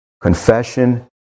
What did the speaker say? Confession